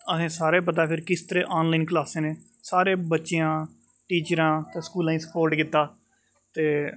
अहें सारेंई पता के किस तरह् आनलाइन क्लासे सारें बच्चेंआ टीचरां स्कूलां ई स्पोर्ट कीता ते